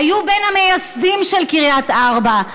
היו בין המייסדים של קריית ארבע,